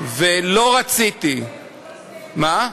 ולא רציתי, מה?